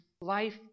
life